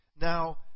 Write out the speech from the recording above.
Now